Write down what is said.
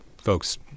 Folks